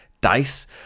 Dice